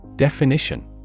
Definition